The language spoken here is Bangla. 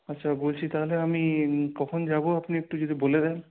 আচ্ছা বলছি তাহলে আমি কখন যাব আপনি একটু যদি বলে দেন